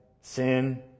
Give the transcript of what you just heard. sin